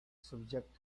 subjected